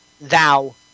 thou